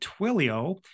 Twilio